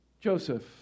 Joseph